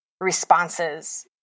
responses